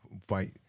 fight